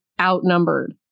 outnumbered